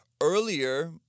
earlier